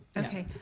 okay,